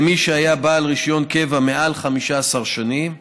למי שהיה בעל רישיון קבע מעל 15 שנים,